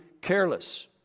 careless